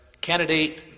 candidate